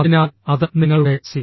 അതിനാൽ അത് നിങ്ങളുടെ C